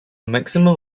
maximum